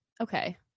okay